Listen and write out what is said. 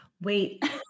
wait